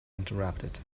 interrupted